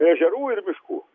ežerų ir miškų